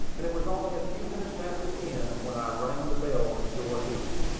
and it was only a few minutes after ten when i rang the bell to go ahead.